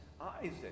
Isaac